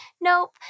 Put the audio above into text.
Nope